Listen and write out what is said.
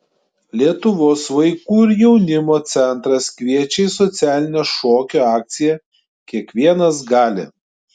lietuvos vaikų ir jaunimo centras kviečia į socialinę šokio akciją kiekvienas gali